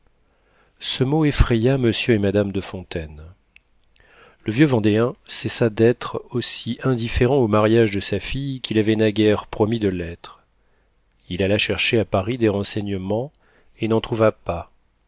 ce mot effraya monsieur et madame de fontaine le vieux vendéen cessa d'être aussi indifférent au mariage de sa fille qu'il avait naguère promis de l'être il alla chercher à paris des renseignements et n'en trouva pas